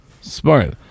Smart